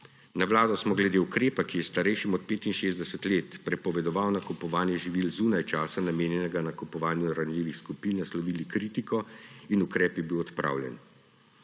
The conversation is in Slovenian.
Na Vlado smo glede ukrepa, ki je starejšim od 65 let prepovedoval nakupovanje živil zunaj časa, namenjenega nakupovanju ranljivih skupin, naslovili kritiko in ukrep je bil odpravljen.